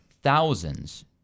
thousands